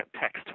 text